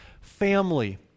family